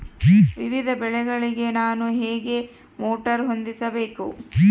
ವಿವಿಧ ಬೆಳೆಗಳಿಗೆ ನಾನು ಹೇಗೆ ಮೋಟಾರ್ ಹೊಂದಿಸಬೇಕು?